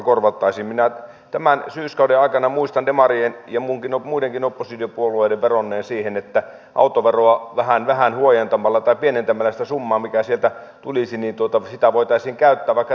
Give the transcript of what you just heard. minä tämän syyskauden aikana muistan demarien ja muidenkin oppositiopuolueiden vedonneen siihen että autoveroa vähän huojentamalla tai pienentämällä sitä summaa mikä sieltä tulisi voitaisiin käyttää vaikka tällaisiin